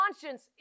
conscience